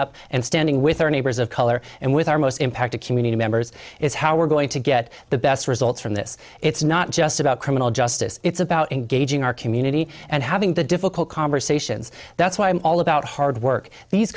up and standing with our neighbors of color and with our most impacted community members is how we're going to get the best results from this it's not just about criminal justice it's about engaging our community and having the difficult conversations that's why i'm all about hard work these